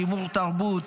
שימור תרבות,